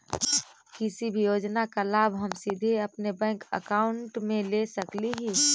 किसी भी योजना का लाभ हम सीधे अपने बैंक अकाउंट में ले सकली ही?